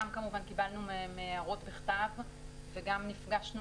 גם כמובן קיבלנו מהם הערות בכתב וגם נפגשנו